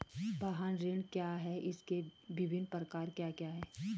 वाहन ऋण क्या है इसके विभिन्न प्रकार क्या क्या हैं?